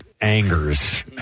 Angers